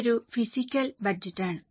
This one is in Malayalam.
ഇതൊരു ഫിസിക്കൽ ബജറ്റാണ്